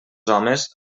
homes